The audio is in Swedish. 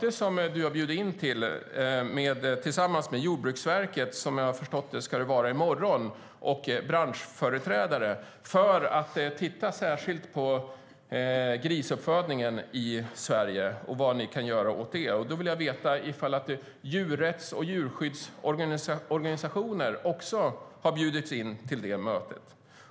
Eskil Erlandsson har tillsammans med Jordbruksverket bjudit in branschföreträdare till ett möte - som jag har förstått ska vara i morgon - för att titta särskilt på grisuppfödningen i Sverige och vad ni kan göra åt det. Med anledning av det vill jag veta om djurrätts och djurrättsorganisationer också har bjudits in till mötet.